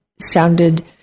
sounded